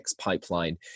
pipeline